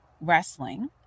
wrestling